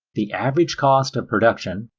the average cost of production,